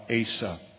Asa